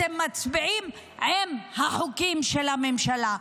אתם מצביעים עם החוקים של הממשלה.